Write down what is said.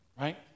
Right